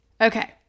Okay